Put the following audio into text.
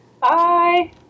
Bye